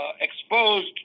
exposed